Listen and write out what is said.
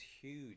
huge